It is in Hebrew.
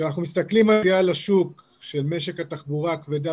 כשאנחנו מסתכלים על השוק של משק התחבורה הכבדה